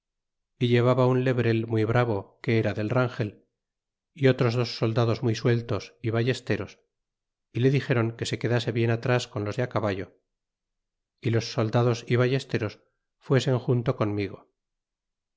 y llevaba un lebrel muy bravo que era del rangel y otros dos soldados muy sueltos y ballesteros y e dixéron que se quedase bien atras con los de á caballo y los soldados y ballesteros fuesen junto conmigo